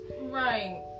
Right